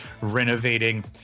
renovating